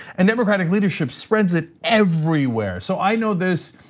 and democratic leadership spreads it everywhere. so i know this,